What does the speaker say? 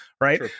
right